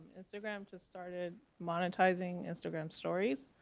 instagram just started monetizing instagram stories.